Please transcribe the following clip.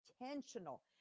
intentional